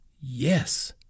Yes